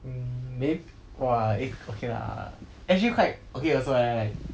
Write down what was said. mm mayb~ !wah! eh okay lah actually quite okay also leh like